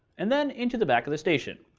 and then into the back of the station.